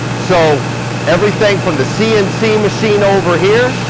so everything from the cnc machine over here